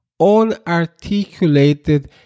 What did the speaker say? unarticulated